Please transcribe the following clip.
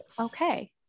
Okay